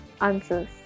Answers